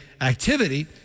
activity